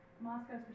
moscow's